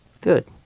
Good